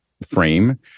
frame